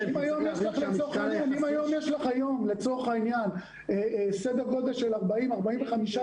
יש לך היום סדר גודל של בין 40,000 ל-45,000